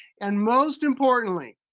and most importantly,